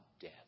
death